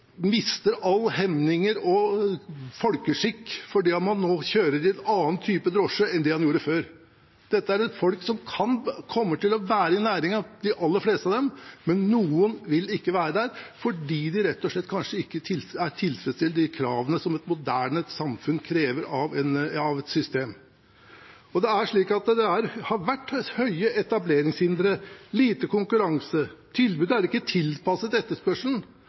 mister alle hemninger og all folkeskikk fordi om han kjører i en annen type drosje enn han gjorde før. Dette er folk som kommer til å være i næringen – de aller fleste av dem – men noen vil ikke være der fordi de kanskje rett og slett ikke tilfredsstiller de kravene som et moderne samfunn krever av et system. Det har vært høye etableringshindre og lite konkurranse, og tilbudet er ikke tilpasset etterspørselen.